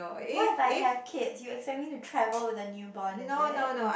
what if I have kids you expect me to travel with the newborn is it